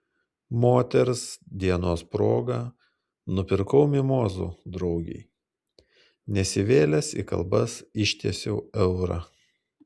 moters dienos proga nupirkau mimozų draugei nesivėlęs į kalbas ištiesiau eurą